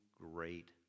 great